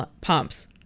pumps